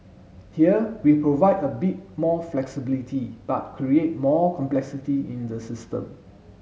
here we provide a bit more flexibility but create more complexity in the system